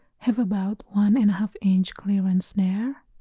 have about one and a half inch clearance there